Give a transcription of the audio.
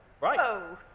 Right